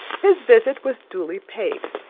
his visit was duly paid.